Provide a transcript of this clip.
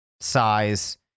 size